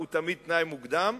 הוא תמיד תנאי מוקדם,